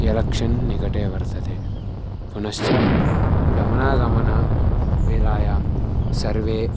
election निकटे वर्तते पुनश्च गमनागमनवेलायां सर्वे